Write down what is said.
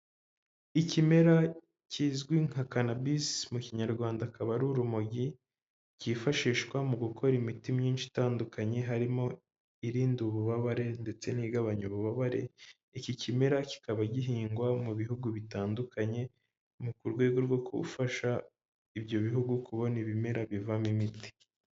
Ikimera kizwi nka kanabisi mu kinyarwanda akaba ari urumogi, cyifashishwa mu gukora imiti myinshi itandukanye harimo irinda ububabare ndetse n'igabanya ububabare, iki kimera kikaba gihingwa mu bihugu bitandukanye mu rwego rwo gufasha ibyo bihugu kubona ibimera bivamo imiti.